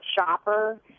shopper